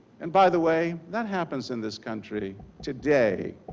and by the way that happens in this country today.